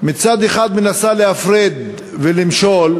מצד אחד מנסים להפריד ולמשול,